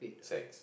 sex